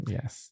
Yes